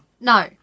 No